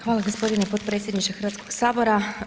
Hvala gospodine potpredsjedniče Hrvatskog sabora.